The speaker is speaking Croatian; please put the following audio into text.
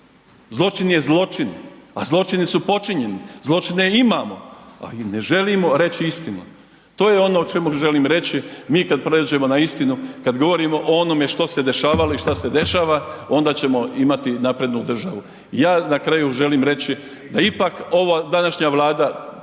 Zločin je zločin. A zločini su počinjeni. Zločine imamo. Ali ne želimo reći istinu. To je ono o čemu želim reći, mi kad pređeno na istinu, kad govorimo o onome što se dešavalo i što se dešava, onda ćemo imati naprednu državu. Ja na kraju želim reći da ipak ova današnja Vlada